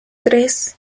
tres